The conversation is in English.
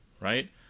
right